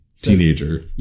teenager